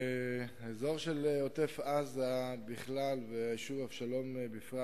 האזור של עוטף-עזה בכלל והיישוב אבשלום בפרט